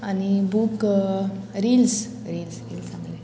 आनी book reels reels